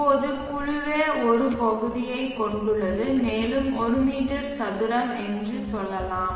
இப்போது குழுவே ஒரு பகுதியைக் கொண்டுள்ளது மேலும் ஒரு மீட்டர் சதுரம் என்று சொல்லலாம்